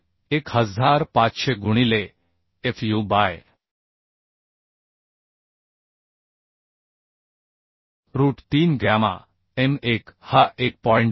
9Avn 1500 गुणिले Fu by root 3 gamma m 1 हा 1